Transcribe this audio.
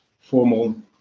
formal